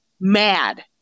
mad